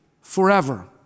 forever